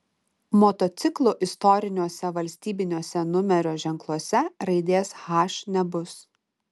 motociklų istoriniuose valstybiniuose numerio ženkluose raidės h nebus